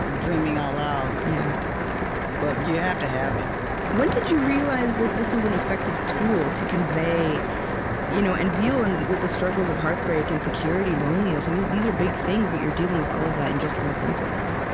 dreaming out ah loud. yeah but you have to have it when did you realize that this was an effective tool to convey you know and deal and with the struggles of heartbreak, insecurity, loneliness? i mean these are big things, but you're dealing with all of that in just one sentence